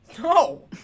No